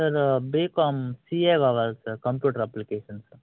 sir BCom CA కావాలి sir computer applications